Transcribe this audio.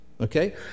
Okay